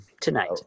tonight